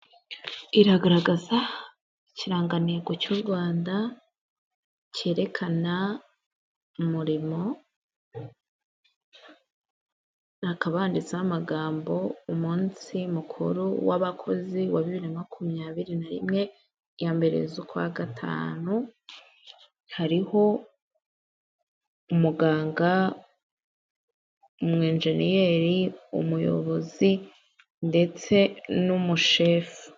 Iragaragaza ikirangantego cy' u Rwanda kerekana umurimo, hakaba handitseho amagambo umunsi mukuru w'abakozi wa bibiri na makumyabiri na rimwe iya mbere z'ukwa gatanu. Hariho: umuganga; umwenjeniyeri; umuyobozi, ndetse n'umushefu.